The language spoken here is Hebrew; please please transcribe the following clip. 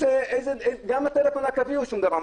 גם הטלפון הקווי הוא שום דבר.